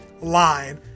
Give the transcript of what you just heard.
line